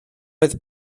oedd